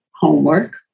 homework